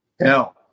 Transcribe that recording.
Now